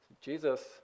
Jesus